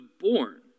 born